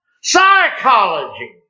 Psychology